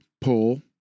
Pull